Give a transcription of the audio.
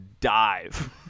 dive